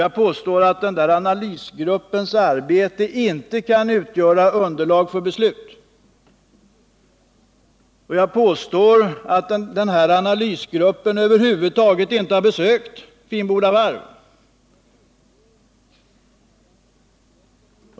Jag påstår också att denna analysgrupps arbete inte kan utgöra underlag för beslut och att analysgruppen över huvud taget inte har besökt Finnboda varv.